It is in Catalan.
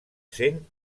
sent